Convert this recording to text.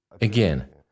Again